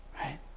Right